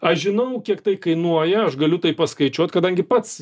aš žinau kiek tai kainuoja aš galiu tai paskaičiuoti kadangi pats